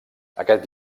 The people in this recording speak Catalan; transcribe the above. aquest